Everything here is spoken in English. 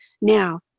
Now